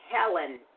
Helen